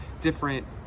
different